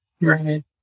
Right